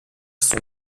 sont